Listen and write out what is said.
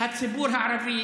הציבור הערבי